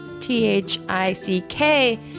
t-h-i-c-k